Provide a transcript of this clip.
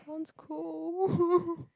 sounds cool